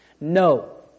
No